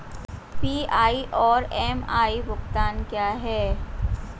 PI और MI भुगतान क्या हैं?